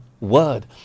word